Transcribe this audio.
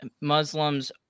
Muslims